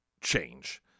change